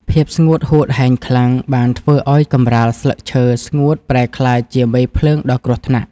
ភាពស្ងួតហួតហែងខ្លាំងបានធ្វើឱ្យកម្រាលស្លឹកឈើស្ងួតប្រែក្លាយជាមេភ្លើងដ៏គ្រោះថ្នាក់។